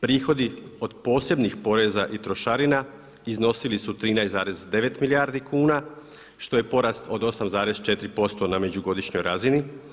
Prihodi od posebnih poreza i trošarina iznosili su 13,9 milijardi kuna što je porast od 8,4% na međugodišnjoj razini.